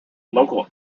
local